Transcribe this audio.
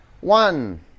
One